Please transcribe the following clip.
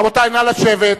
רבותי, נא לשבת.